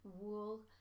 wool